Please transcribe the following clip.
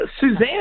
Suzanne